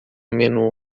menu